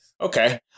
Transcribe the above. Okay